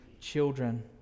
children